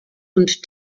und